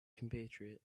compatriot